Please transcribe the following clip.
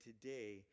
today